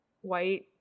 white